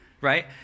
right